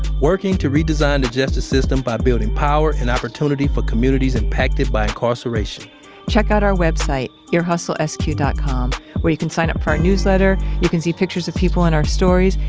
working to redesign the justice system by building power and opportunity for communities impacted by incarceration check out our website earhustlesq dot com where you can sign up for our newsletter, you can see pictures of people in our stories,